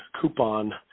coupon